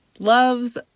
loves